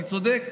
אני צודק?